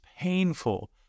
painful